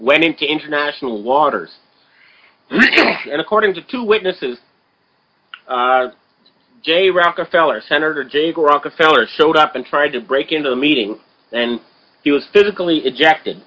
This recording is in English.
went into international waters and according to two witnesses jay rockefeller senator jay rockefeller showed up and tried to break into the meeting and he was physically ejected